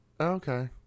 okay